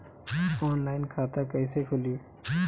Online खाता कईसे खुलि?